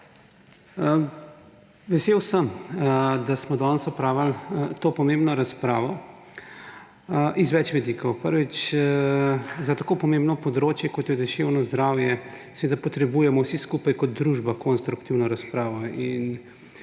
Vesel sem, da smo danes opravili to pomembno razpravo z več vidikov. Prvič, za tako pomembno področje, kot je duševno zdravje, seveda potrebujemo vsi skupaj kot družba konstruktivno razpravo.